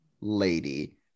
lady